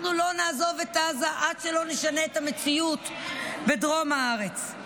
אנחנו לא נעזוב את עזה עד שלא נשנה את המציאות בדרם הארץ,